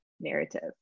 narrative